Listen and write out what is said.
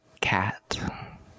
cat